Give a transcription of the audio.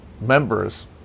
members